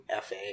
Fa